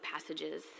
passages